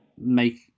make